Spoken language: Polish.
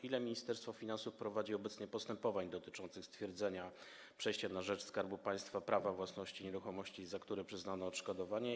Ile Ministerstwo Finansów prowadzi obecnie postępowań dotyczących stwierdzenia przejścia na rzecz Skarbu Państwa prawa własności nieruchomości, za które przyznano odszkodowanie?